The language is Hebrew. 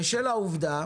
בשל העובדה